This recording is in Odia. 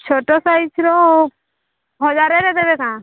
ଛୋଟ ସାଇଜ୍ର ହଜାରରେ ଦେବେ ନାଁ